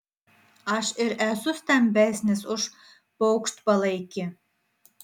aš ir esu stambesnis už paukštpalaikį